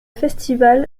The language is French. festival